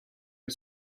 was